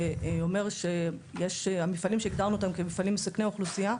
שאומר שהמפעלים שהגדרנו אותם כמפעלים מסכני אוכלוסייה,